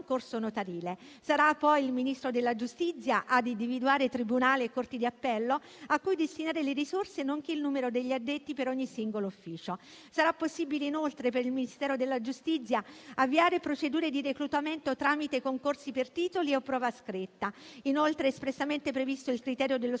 concorso notarile. Sarà poi il Ministro della giustizia a individuare tribunali e corti di appello cui destinare le risorse, nonché il numero degli addetti per ogni singolo ufficio. Sarà possibile, inoltre, per il Ministero della giustizia avviare procedure di reclutamento tramite concorsi per titoli o prova scritta. È poi espressamente previsto il criterio dello